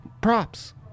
props